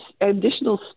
additional